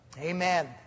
Amen